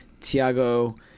Tiago